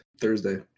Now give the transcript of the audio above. Thursday